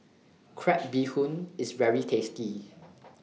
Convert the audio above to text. Crab Bee Hoon IS very tasty